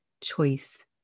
choice